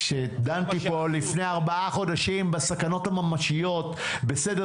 כשדנתי פה לפני ארבעה חודשים בסכנות הממשיות בסדר